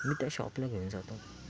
मी त्या शॉपला घेऊन जातो